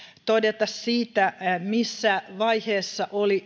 todeta siitä missä vaiheessa oli